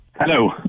Hello